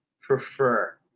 prefer